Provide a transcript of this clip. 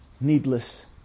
needless